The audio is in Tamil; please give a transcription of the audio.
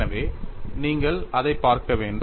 எனவே நீங்கள் அதைப் பார்க்க வேண்டும்